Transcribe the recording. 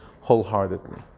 wholeheartedly